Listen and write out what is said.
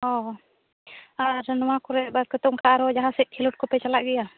ᱚ ᱟᱨ ᱱᱚᱶᱟ ᱠᱚᱨᱮ ᱵᱟᱫ ᱠᱟᱛᱮᱫ ᱟᱨᱚ ᱚᱱᱠᱟ ᱡᱟᱦᱟᱸ ᱠᱚᱨᱮ ᱠᱷᱮᱞᱳᱰ ᱠᱚᱯᱮ ᱪᱟᱞᱟᱜ ᱜᱮᱭᱟ